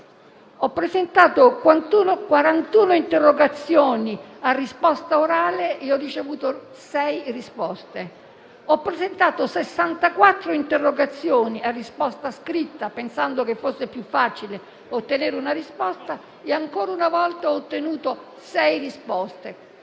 Ho presentato 41 interrogazioni a risposta orale e ho ricevuto 6 risposte; ho presentato 64 interrogazioni a risposta scritta, pensando che fosse più facile ottenere una risposta, e ancora una volta ho ottenuto 6 risposte,